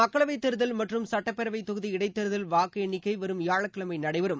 மக்களவை தேர்தல் மற்றும் சட்டப்பேரவை தொகுதி இடைத்தேர்தல் வாக்கு எண்ணிக்கை வரும் வியாழக்கிழமை நடைபெறும்